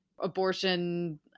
abortion